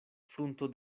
frunto